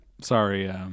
Sorry